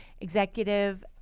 executive